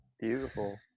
Beautiful